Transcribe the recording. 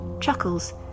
chuckles